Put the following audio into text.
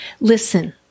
listen